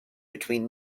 between